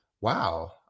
Wow